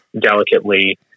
delicately